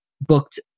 booked